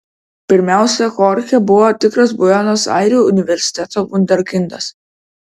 pirmiausia chorchė buvo tikras buenos airių universiteto vunderkindas